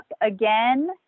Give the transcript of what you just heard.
again